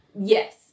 yes